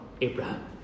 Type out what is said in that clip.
Abraham